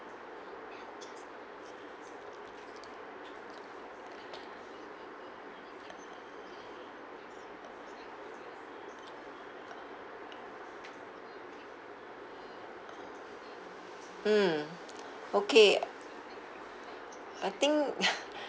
mm okay I think